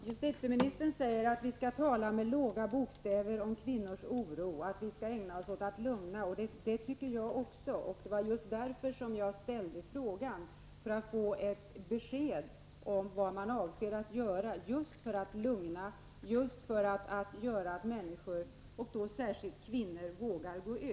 Fru talman! Justitieministern säger att vi skall tala med små bokstäver om kvinnors oro och att vi skall ägna oss åt att lugna. Det tycker jag också. Jag ställde frågan just för att få ett besked om vad justitieministern avser att göra för att lugna och för att människor, särskilt kvinnor, skall våga gå ut.